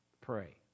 pray